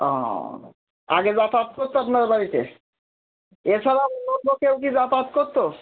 ও আগে যাতায়াত করতো আপনার বাড়িতে এ ছাড়া অন্য কেউ কি যাতায়াত করতো